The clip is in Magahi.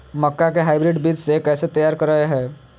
मक्का के हाइब्रिड बीज कैसे तैयार करय हैय?